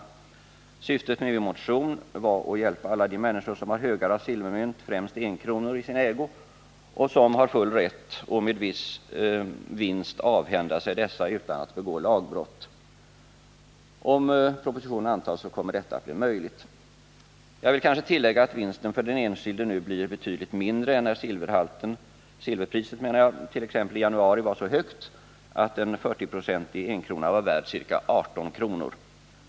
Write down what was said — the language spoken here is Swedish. Syftet med min motion var att hjälpa alla de människor som har högar av silvermynt, främst enkronor, i sin ägo och som har full rätt att med viss vinst avhända sig dessa utan att begå lagbrott. Om propositionen antas kommer detta att bli möjligt. Jag vill kanske tillägga att vinsten för den enskilde nu blir betydligt mindre än när silverpriset t.ex. i januari var så högt att en enkrona med 40 96 silver var värd ca. 18 kr.